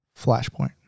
Flashpoint